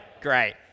great